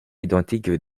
identiques